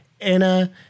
Anna